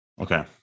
Okay